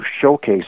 showcase